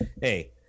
hey